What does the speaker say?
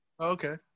Okay